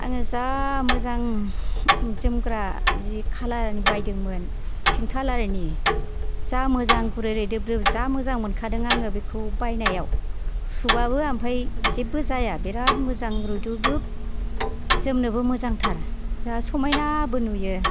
आङो जा मोजां जोमग्रा जि कालार नि बायदोंमोन पिंक कालार नि जा मोजां गुरै रैदुब दुब जा मोजां मोनखादों आङो बेखौ बायनायाव सुबाबो ओमफ्राय जेबो जाया बिराद मोजां रैदुब दुब जोमनोबो मोजांथार बिराद समायनाबो नुयो